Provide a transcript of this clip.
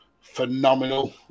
phenomenal